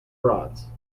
frauds